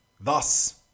Thus